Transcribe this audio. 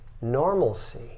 normalcy